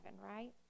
right